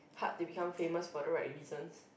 hard to become famous for the right reason